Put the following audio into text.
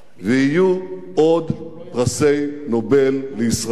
ויהיו עוד פרסי נובל לישראל.